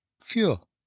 fuel